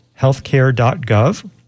healthcare.gov